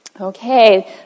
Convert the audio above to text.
Okay